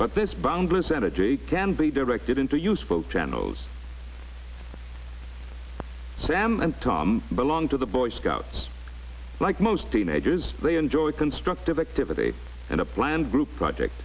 but this boundless energy can be directed into useful channels sam and tom belong to the boy scouts like most teenagers they enjoy a constructive activity and a planned group project